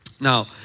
Now